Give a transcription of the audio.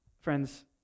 Friends